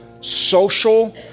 social